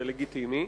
זה לגיטימי.